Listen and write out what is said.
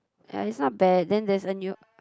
ya it's not bad then there's a new